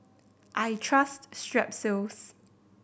I trust Strepsils